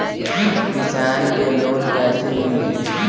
किसान के लोन कैसे मिली?